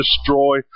destroy